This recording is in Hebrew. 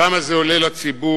כמה זה עולה לציבור?